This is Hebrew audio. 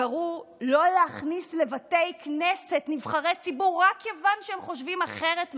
קראו לא להכניס לבתי כנסת נבחרי ציבור רק כיוון שהם חושבים אחרת מהם.